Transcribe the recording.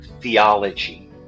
theology